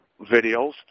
videos